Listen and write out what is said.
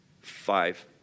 Five